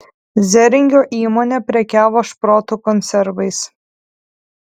zeringio įmonė prekiavo šprotų konservais